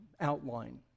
outline